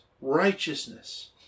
righteousness